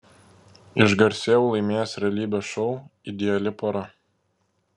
išgarsėjau laimėjęs realybės šou ideali pora